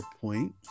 point